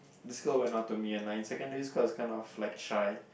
this girl went up to me and like in secondary school I was kind of like shy